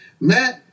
Matt